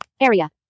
Area